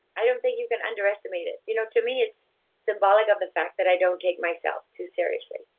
i don't think you can underestimate it. you know to me it's symbolic of the fact that i don't take myself too seriously.